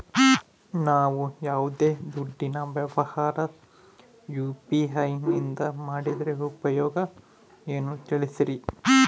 ನಾವು ಯಾವ್ದೇ ದುಡ್ಡಿನ ವ್ಯವಹಾರ ಯು.ಪಿ.ಐ ನಿಂದ ಮಾಡಿದ್ರೆ ಉಪಯೋಗ ಏನು ತಿಳಿಸ್ರಿ?